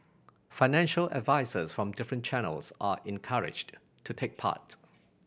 financial advisers from different channels are encouraged to take part